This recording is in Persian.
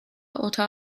اتاق